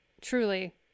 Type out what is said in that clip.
truly